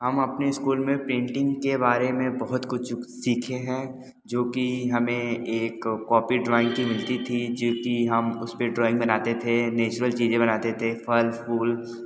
हम अपने स्कूल में पेंटिंग के बारे में बहुत कुछ सीखे हैं जो कि हमें एक कॉपी ड्राइंग की मिलती थी जो कि हम उस पर ड्राइंग बनाते थे नेचुरल चीजें बनाते थे फल फूल